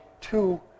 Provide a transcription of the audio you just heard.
two